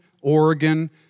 Oregon